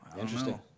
Interesting